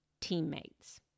teammates